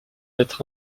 être